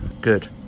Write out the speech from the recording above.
Good